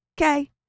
Okay